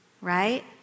Right